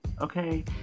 Okay